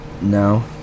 No